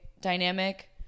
dynamic